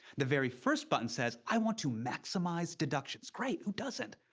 the very first button says, i want to maximize deductions. great! who doesn't?